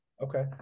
Okay